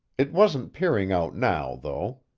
it wasn't peering out now, though.